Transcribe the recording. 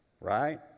right